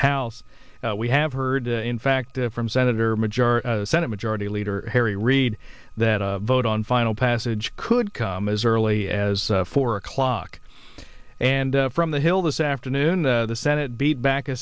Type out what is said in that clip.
house we have heard in fact from senator majority senate majority leader harry reid that a vote on final passage could come as early as four o'clock and from the hill this afternoon the senate beat back a